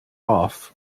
off